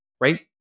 right